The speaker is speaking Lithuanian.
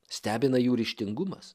stebina jų ryžtingumas